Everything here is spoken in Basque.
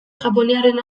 japoniarren